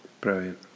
Brilliant